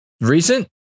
Recent